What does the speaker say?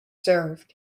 served